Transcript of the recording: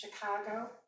Chicago